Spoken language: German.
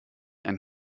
ein